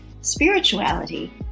spirituality